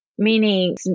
meaning